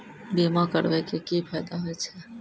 बीमा करबै के की फायदा होय छै?